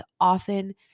often